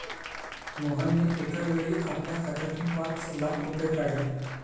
मोहनने एकावेळी आपल्या खात्यातून पाच लाख रुपये काढले